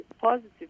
positive